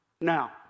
Now